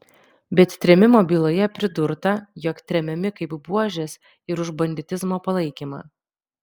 bet trėmimo byloje pridurta jog tremiami kaip buožės ir už banditizmo palaikymą